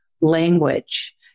language